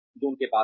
जो उनके पास हैं